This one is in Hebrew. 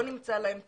לא נמצא להם פתרון.